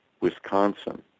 Wisconsin